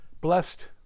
Blessed